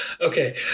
Okay